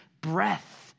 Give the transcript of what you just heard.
breath